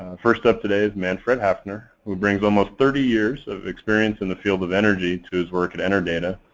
first up today is manfred hafner, who brings almost thirty years of experience in the field of energy to his work at enerdata,